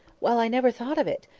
well! i never thought of it.